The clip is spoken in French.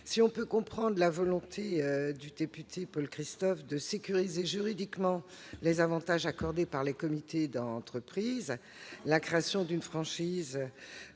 Si l'on peut comprendre la volonté du député Paul Christophe de sécuriser juridiquement les avantages accordés par les comités d'entreprise, la création d'une franchise